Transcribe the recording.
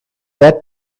that